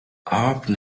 often